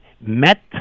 met